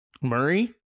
Murray